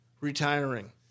retiring